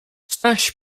staś